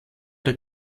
der